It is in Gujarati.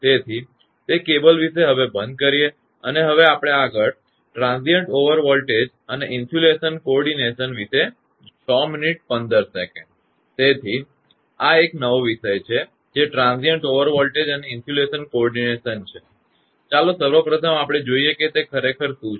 તેથી તે કેબલ વિષય હવે બંધ કરીએ છે અને આગળ આપણે ટ્રાંઝિઇન્ટ ઓવર વોલ્ટેજ અને ઇન્સુલેશન કોર્ડિનેશન વિશે જોઇશું તેથી આ એક નવો વિષય છે જે ટ્રાંઝિઇન્ટ ઓવર વોલ્ટેજ અને ઇન્સુલેશન કોર્ડિનેશન છે ચાલો સર્વપ્રથમ આપણે જોઈએ કે તે ખરેખર શું છે